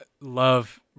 love